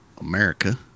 America